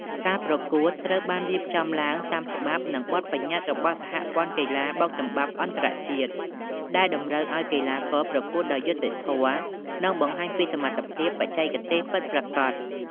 ការប្រកួតត្រូវបានរៀបចំឡើងតាមច្បាប់ និងបទប្បញ្ញត្តិរបស់សហព័ន្ធកីឡាបោកចំបាប់អន្តរជាតិ ដែលតម្រូវឱ្យកីឡាករប្រកួតដោយយុត្តិធម៌ និងបង្ហាញពីសមត្ថភាពបច្ចេកទេសពិតប្រាកដ។